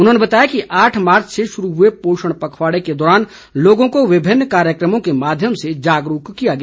उन्होंने बताया कि आठ मार्च से शुरू हुए पोषण पखवाड़े के दौरान लोगों को विभिन्न कार्यक्रमों के माध्यम से जागरूक किया गया